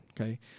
okay